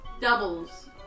doubles